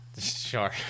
Sure